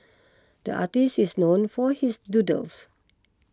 the artist is known for his doodles